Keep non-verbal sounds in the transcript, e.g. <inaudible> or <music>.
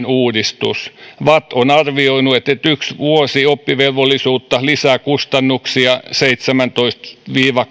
<unintelligible> uudistus vatt on arvioinut että yksi vuosi oppivelvollisuutta lisää kustannuksia seitsemäntoista viiva <unintelligible>